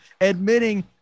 admitting